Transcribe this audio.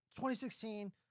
2016